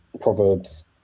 proverbs